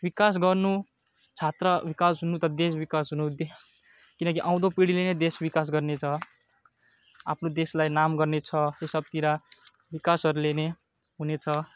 विकास गर्नु छात्र विकास हुनु त देश विकास हुनु दे किनिक आउँदो पिँढीले नै देश विकास गर्नेछ आफ्नो देशलाई नाम गर्नेछ यो सबतिर विकासहरूले नै हुनेछ